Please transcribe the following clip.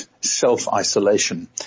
self-isolation